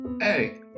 Hey